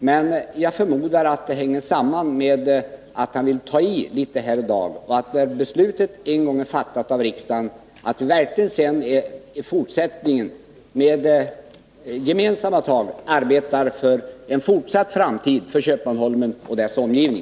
Men jag förmodar att det hänger samman med att han vill ta i litet här i dag. Och jag hoppas att vi, när beslutet en gång är fattat, kan arbeta med gemensamma tag för en fortsatt framtid för Köpmanholmen och dess omgivning.